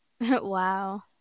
Wow